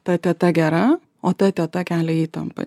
ta teta gera o ta teta kelia įtampą